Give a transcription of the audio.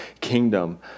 kingdom